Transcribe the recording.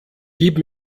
gib